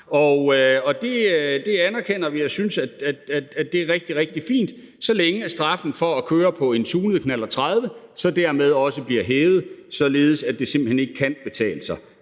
Det anerkender vi og synes, at det er rigtig, rigtig fint, så længe straffen for at køre på en tunet knallert 30 også bliver hævet, således at det simpelt hen ikke kan betale sig,